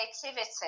creativity